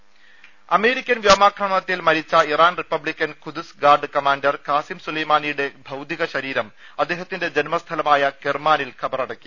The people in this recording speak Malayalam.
രുട്ട്ട്ട്ട്ട്ട്ട്ട്ട അമേരിക്കൻ വ്യോമാക്രമണത്തിൽ മരിച്ച Iran Republican Quds Guard commander Qasem സുലൈമാനിയുടെ ഭൌതികശരീരം അദ്ദേഹത്തിൻറെ ജന്മസ്ഥലമായ കെർമാനിൽ ഖബറടക്കി